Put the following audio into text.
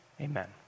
amen